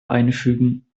einfügen